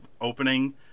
opening